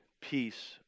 peace